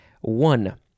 one